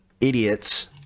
idiots